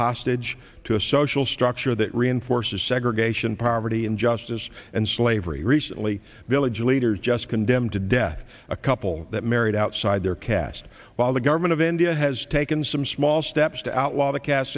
hostage to a social structure that reinforces segregation poverty injustice and slavery recently village leaders just condemned to death a couple that married outside their caste while the government of india has taken some small steps to outlaw the caste